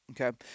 Okay